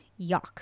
Yuck